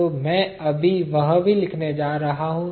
तो मैं अभी वह भी लिखने जा रहा हूँ